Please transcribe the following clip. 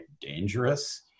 dangerous